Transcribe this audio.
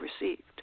received